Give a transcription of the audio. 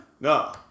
No